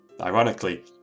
Ironically